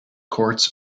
courts